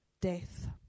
death